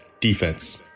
defense